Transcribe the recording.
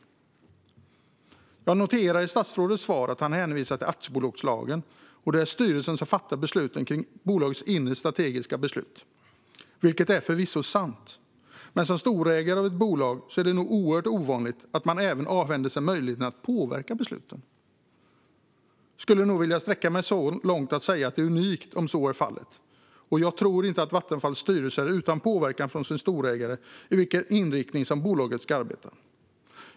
Jag noterar att statsrådet i sitt svar hänvisar till aktiebolagslagen och säger att det är styrelsen som fattar besluten kring bolagens inre strategiska beslut, vilket förvisso är sant. Men som storägare av ett bolag är det nog oerhört ovanligt att man även avhänder sig möjligheten att påverka besluten. Jag skulle nog vilja sträcka mig så långt som att säga att det är unikt om så är fallet. Jag tror inte att Vattenfalls styrelse är utan påverkan från sin storägare vad gäller med vilken inriktning bolaget ska arbeta.